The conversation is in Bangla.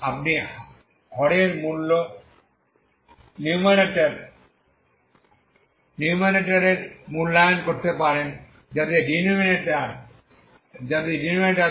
আপনি হরের মূল্যায়ন করতে পারেন যাতে ডিনোমিনেটর